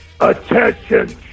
Attention